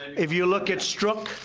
if you look at strzok,